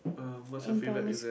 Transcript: er what's your favourite exam